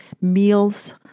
meals